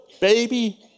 baby